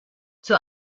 zur